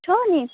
छ नि